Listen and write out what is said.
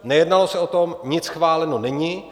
Nejednalo se o tom, nic schváleno není.